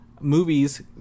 movies